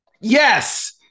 Yes